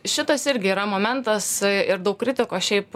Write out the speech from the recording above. šitas irgi yra momentas ir daug kritikos šiaip